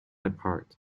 apart